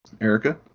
Erica